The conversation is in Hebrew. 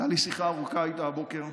הייתה לי שיחה ארוכה איתה הבוקר,